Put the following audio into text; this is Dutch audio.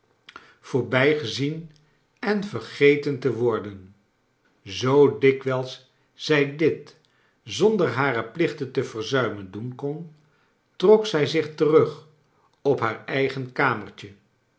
voorbijgezien en vergeten te worden zoo dikwijls zij dit z onder hare plichten te verzuimen doen kon trok zij zich terug op haar eigen kamertje